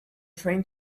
train